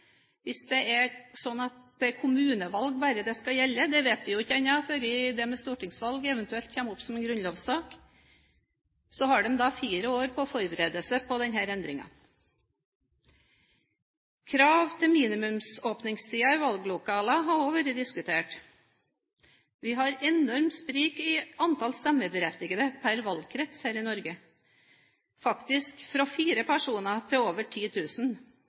Hvis det er sånn at det bare skal gjelde kommunevalg – det vet vi jo ikke før det med stortingsvalg eventuelt kommer opp som en grunnlovssak – så har de fire år på å forberede seg på denne endringen. Krav til minimumsåpningstider i valglokalene har også vært diskutert. Vi har et enormt sprik i antall stemmeberettigede per valgkrets her i Norge, faktisk fra 4 personer til over